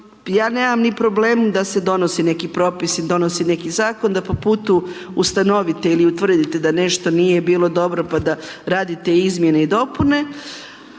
ja nemam ni problem da se donosi neki propis i donosi neki zakon, pa po putu ustanovite ili utvrdite da nešto nije bilo dobro pa da radite izmjene i dopune,